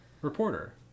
reporter